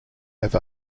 have